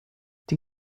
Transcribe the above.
die